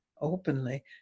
openly